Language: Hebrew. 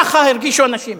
ככה הרגישו אנשים.